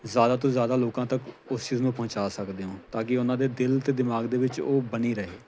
ਜ਼ਿਆਦਾ ਤੋਂ ਜ਼ਿਆਦਾ ਲੋਕਾਂ ਤੱਕ ਉਸ ਚੀਜ਼ ਨੂੰ ਪਹੁੰਚਾ ਸਕਦੇ ਹੋ ਤਾਂ ਕਿ ਉਹਨਾਂ ਦੇ ਦਿਲ ਅਤੇ ਦਿਮਾਗ ਦੇ ਵਿੱਚ ਉਹ ਬਣੀ ਰਹੇ